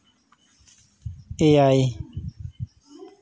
ᱮᱭᱟᱭ